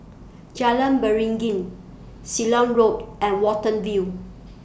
Jalan Beringin Ceylon Road and Watten View